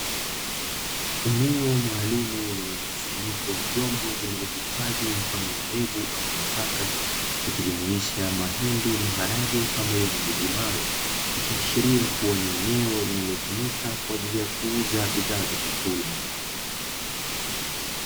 Eneo maalumu lenye mkusanyiko wa vyombo vinavyohifadhi mfano wa mbegu ama nafaka ikijumuisha mahindi, maharage pamoja na njugu mawe, ikiashiria kuwa ni eneo linalotumika kwa ajili ya kuuza bidhaa za vyakula.